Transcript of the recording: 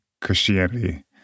Christianity